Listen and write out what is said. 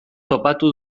topatu